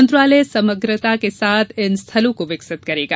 मंत्रालय समग्रता के साथ इन स्थलों को विकसित करेगा